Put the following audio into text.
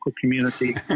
community